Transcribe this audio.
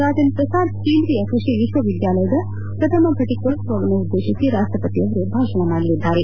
ರಾಜೇಂದ್ರ ಪ್ರಸಾದ್ ಕೇಂದ್ರೀಯ ಕೃಷಿ ವಿಶ್ವವಿದ್ಯಾಲಯದ ಪ್ರಥಮ ಫಟಕೋತ್ಸವವನ್ನುದ್ದೇಶಿಸಿ ರಾಷ್ಟಪತಿ ಭಾಷಣ ಮಾಡಲಿದ್ದಾರೆ